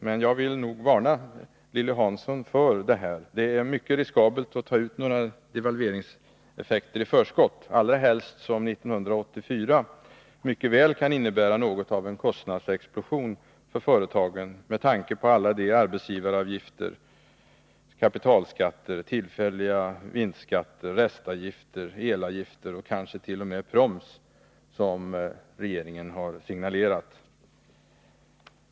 Men jag vill varna Lilly Hansson för att det kan vara mycket riskabelt att ta ut några devalveringseffekter i förskott, allra helst som 1984 mycket väl kan innebära något av en kostnadsexplosion för företagen med tanke på alla de arbetsgivaravgifter, kapitalskatter, tillfälliga vinstskatter, restavgifter, elavgifter och kanske t.o.m. proms som regeringen har signalerat.